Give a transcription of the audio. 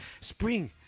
Spring